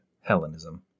Hellenism